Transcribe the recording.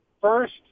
first